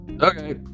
Okay